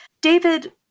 David